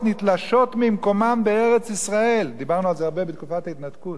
נתלשות ממקומן בארץ-ישראל" דיברנו על זה הרבה בתקופת ההתנתקות,